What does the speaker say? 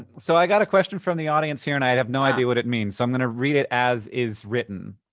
so i got a question from the audience here, and i and have no idea what it means. so i'm gonna read it as is written.